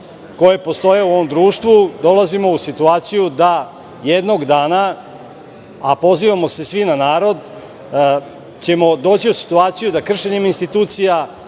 koje postoje u ovom društvu, dolazimo u situaciju da ćemo jednog dana, a pozivamo se svi na narod, doći u situaciju da kršenjem institucija